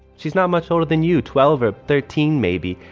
she's not much older than you. twelve or thirteen, maybe.